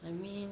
I mean